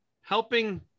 helping